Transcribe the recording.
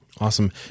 Awesome